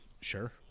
Sure